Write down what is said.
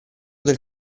del